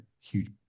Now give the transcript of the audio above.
huge